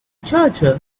charger